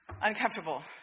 uncomfortable